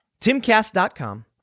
TimCast.com